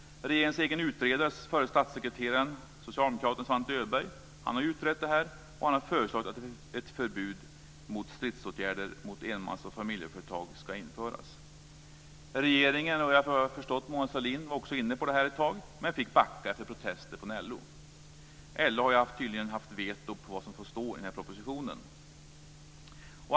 Regeringens egen utredare, förre statssekreteraren socialdemokraten Svante Öberg, har utrett detta och föreslagit att ett förbud mot stridsåtgärder mot enmans och familjeföretag ska införas. Regeringen och Mona Sahlin var också inne på denna linje ett tag, men fick backa efter protester från LO. LO har ju tydligen haft veto på vad som får stå i denna proposition.